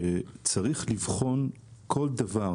שצריך לבחון כול דבר,